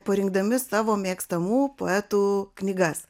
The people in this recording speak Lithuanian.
parinkdami savo mėgstamų poetų knygas